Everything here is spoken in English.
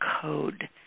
code